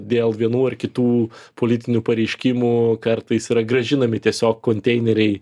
dėl vienų ar kitų politinių pareiškimų kartais yra grąžinami tiesiog konteineriai